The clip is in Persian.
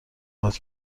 باد